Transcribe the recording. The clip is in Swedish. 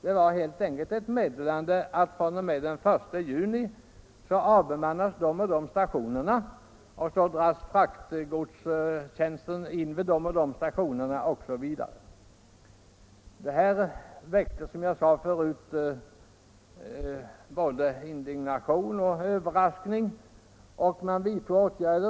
Det var helt enkelt ett meddelande att fr.o.m.den 1 juni avbemannas de och de stationerna och fraktgodstjänsten dras in vid de och de stationerna, osv. Som jag sade förut, blev man både överraskad och indignerad.